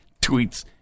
tweets